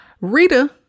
Rita